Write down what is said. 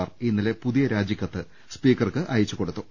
മാർ ഇന്നലെ പുതിയ രാജിക്കത്ത് സ്പീക്കർക്ക് അയച്ചുകൊടുത്തു